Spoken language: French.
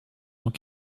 tant